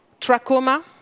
trachoma